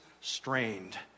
strained